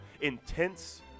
intense